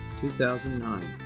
2009